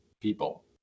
people